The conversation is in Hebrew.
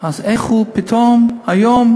אז איך הוא פתאום היום,